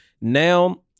Now